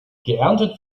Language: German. geerntet